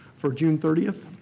for june thirtieth.